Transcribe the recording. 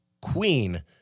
Queen